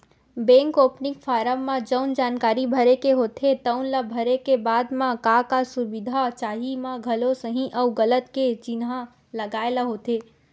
bank opening form म जउन जानकारी भरे के होथे तउन ल भरे के बाद म का का सुबिधा चाही म घलो सहीं अउ गलत के चिन्हा लगाए ल होथे